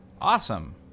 awesome